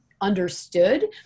understood